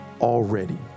already